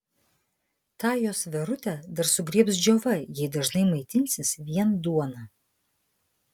tą jos verutę dar sugriebs džiova jei dažnai maitinsis vien duona